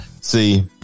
See